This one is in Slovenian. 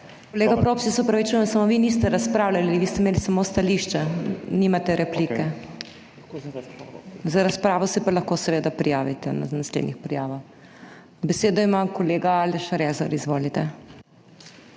Kolega Props, jaz se opravičujem, samo vi niste razpravljali, vi ste imeli samo stališča, nimate replike, za razpravo se pa lahko seveda prijavite na naslednjih prijavah. Besedo ima kolega Aleš Rezar. Izvolite.